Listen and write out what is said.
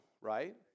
right